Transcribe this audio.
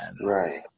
Right